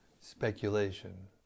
speculation